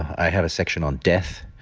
i had a section on death